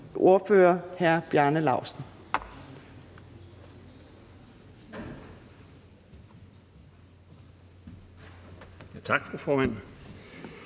ordfører, hr. Bjarne Laustsen,